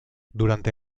durante